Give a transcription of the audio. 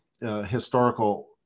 historical